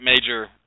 major